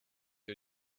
you